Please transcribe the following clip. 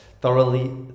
thoroughly